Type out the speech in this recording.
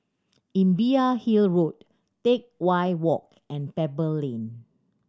Imbiah Hill Road Teck Whye Walk and Pebble Lane